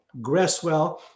Gresswell